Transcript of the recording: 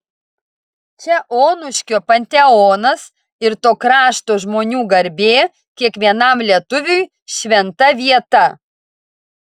čia onuškio panteonas ir to krašto žmonių garbė kiekvienam lietuviui šventa vieta